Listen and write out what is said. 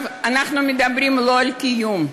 אנחנו מדברים, לא על קיום,